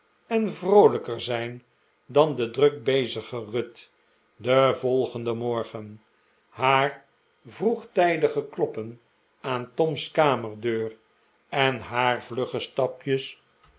en vroolijker zijn dan de druk bezige ruth den volgenden morgen haar vroegtijdige kloppen aan tom's kamerdeur en haar vlugge stapjes